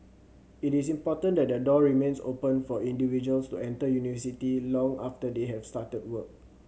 it is important that the door remains open for individuals to enter university long after they have started work